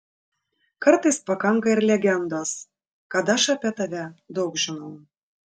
kartais pakanka ir legendos kad aš apie tave daug žinau